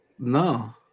no